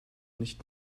nicht